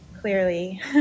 clearly